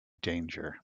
danger